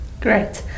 Great